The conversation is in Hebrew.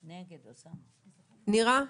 נמנעים?